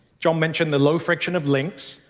jon mentioned the low friction of links,